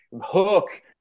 Hook